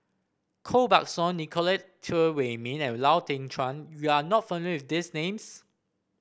Koh Buck Song Nicolette Teo Wei Min and Lau Teng Chuan you are not familiar with these names